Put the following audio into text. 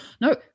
no